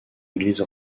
église